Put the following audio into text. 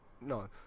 no